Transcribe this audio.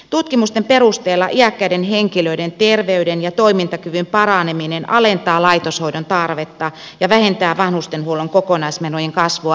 tutkimusten perusteella iäkkäiden henkilöiden terveyden ja toimintakyvyn paraneminen alentaa laitoshoidon tarvetta ja vähentää vanhustenhuollon kokonaismenojen kasvua merkittävästi